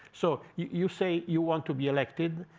so you say you want to be elected.